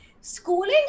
schooling